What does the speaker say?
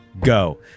go